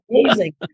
amazing